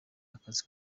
akazi